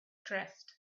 dressed